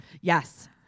Yes